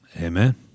Amen